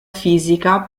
fisica